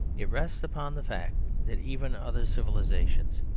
it rests upon the fact that even other civilisations,